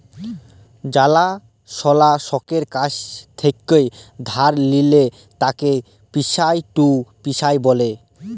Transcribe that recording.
জালা সলা লকের কাছ থেক্যে ধার লিলে তাকে পিয়ার টু পিয়ার ব্যলে